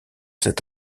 cette